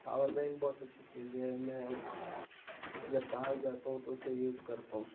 power bank بہت اچھی چیز ہے میں جب باہر جاتا ہوں تو اسے یوز کرتا ہوں